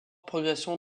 progression